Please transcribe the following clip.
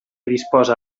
disposa